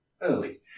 early